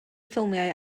ffilmiau